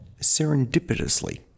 serendipitously